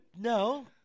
No